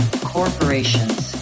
Corporations